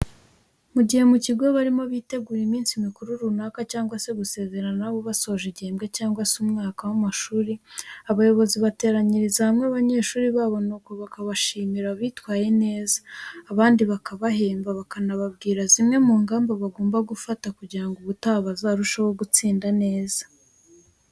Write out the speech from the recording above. Mu gihe mu kigo barimo bitegura iminsi mikuru runaka cyangwa se gusezeranaho basoje igihembwe cyangwa se umwaka w'amashuri abayobozi bateraniriza hamwe abanyeshuri babo nuko bakabashimira abitwaye neza, abandi bakabahemba bakanababwira zimwe mu ngamba bagomba gufata kugira ngo ubutaha bazarusheho gutsinda neza.